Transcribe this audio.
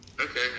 Okay